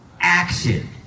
action